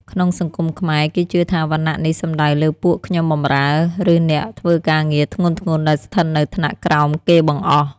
ក្នុងសង្គមខ្មែរ គេជឿថាវណ្ណៈនេះសំដៅលើពួកខ្ញុំបម្រើ ឬអ្នកធ្វើការងារធ្ងន់ៗដែលស្ថិតនៅថ្នាក់ក្រោមគេបង្អស់។